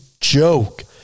joke